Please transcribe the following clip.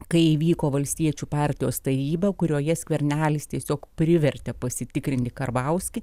kai įvyko valstiečių partijos taryba kurioje skvernelis tiesiog privertė pasitikrinti karbauskį